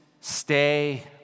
stay